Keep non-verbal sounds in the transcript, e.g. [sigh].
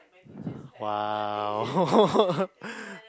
!wow! [laughs]